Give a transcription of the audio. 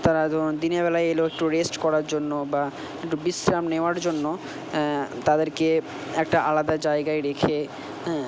তারা ধরুন দিনেরবেলায় এলো একটু রেস্ট করার জন্য বা একটু বিশ্রাম নেওয়ার জন্য তাদেরকে একটা আলাদা জায়গায় রেখে হ্যাঁ